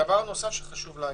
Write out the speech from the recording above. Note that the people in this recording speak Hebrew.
דבר נוסף שחשוב להגיד,